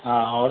हाँ और